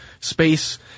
space